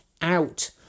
out